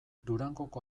durangoko